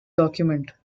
document